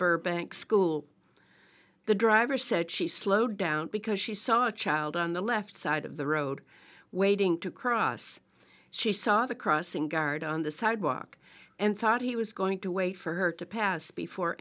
burbank school the driver said she slowed down because she saw a child on the left side of the road waiting to cross she saw the crossing guard on the sidewalk and thought he was going to wait for her to pass before